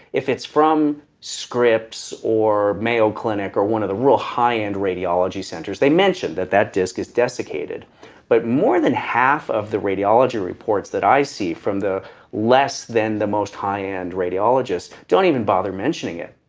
if it's from scripps or mayo clinic or one of the real high end radiology centers, they mention that that disc is desiccated but more than half of the radiology reports that i see from the less than the most high end radiologist don't even bother mentioning it.